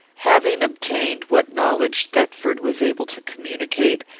having obtained what knowledge thetford was able to communicate,